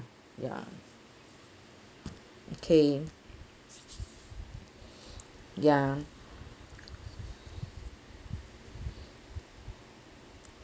ya okay ya